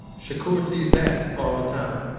shakur sees that all the time